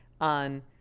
on